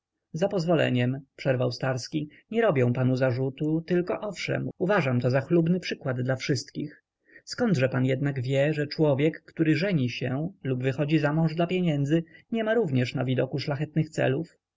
za pozwoleniem przerwał starski nie robię panu zarzutu tylko owszem uważam to za chlubny przykład dla wszystkich zkądże pan jednak wie czy człowiek który żeni się lub wychodzi zamąż dla pieniędzy nie ma również na widoku szlachetnych celów